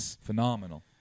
Phenomenal